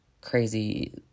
crazy